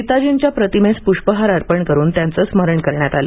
नेतार्जींच्या प्रतिमेस पुष्पहार अर्पण करून त्यांचं स्मरण करण्यात आलं